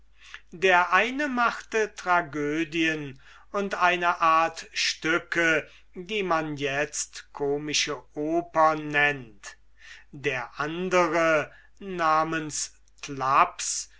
der eine machte tragödien und eine art stücke die man itzt komische opern nennt der andere namens thlaps